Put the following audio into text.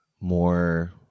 more